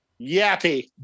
Yappy